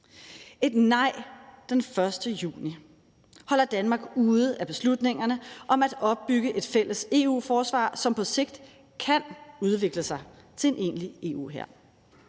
Et nej den 1. juni holder Danmark ude af beslutningerne om at opbygge et fælles EU-forsvar, som på sigt kan udvikle sig til en egentlig EU-hær.